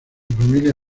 familia